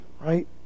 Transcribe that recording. right